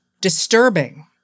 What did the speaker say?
disturbing